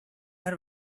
her